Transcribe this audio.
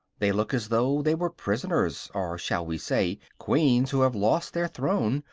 they look as though they were prisoners or shall we say queens who have lost their throne,